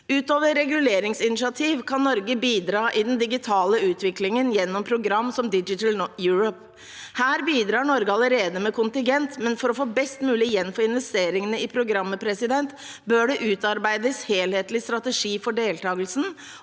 Utover reguleringsinitiativ kan Norge bidra i den digitale utviklingen gjennom program som Digital Europe. Her bidrar Norge allerede med kontingent, men for å få mest mulig igjen for investeringene i programmet bør det utarbeides en helhetlig strategi for deltakelsen,